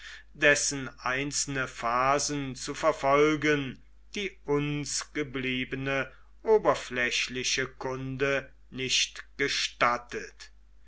dessen einzelne phasen zu verfolgen die uns gebliebene oberflächliche kunde nicht gestattet